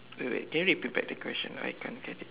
wait wait can you repeat back the question I can't get it